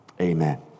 Amen